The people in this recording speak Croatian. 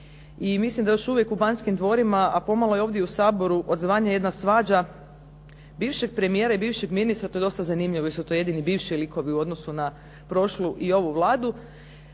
i mislim da još uvijek u Banskim dvorima, a pomalo i ovdje u Saboru odzvanja jedna svađa bivšeg premijera i bivšeg ministra, to je dosta zanimljivo jer su to jedini bivši likovi u odnosu na prošlu i ovu Vladu.